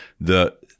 the-